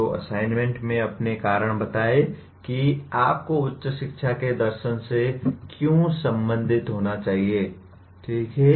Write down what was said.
तो असाइनमेंट में अपने कारण बताएं कि आपको उच्च शिक्षा के दर्शन से क्यों संबंधित होना चाहिए ठीक है